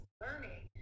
learning